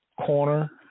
corner